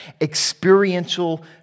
experiential